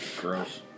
Gross